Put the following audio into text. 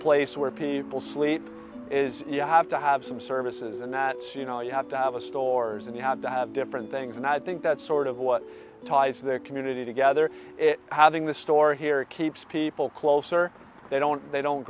place where people sleep is you have to have some services and that she you know you have to have a stores and you have to have different things and i think that's sort of what ties the community together it having the store here keeps people closer they don't they don't